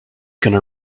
gonna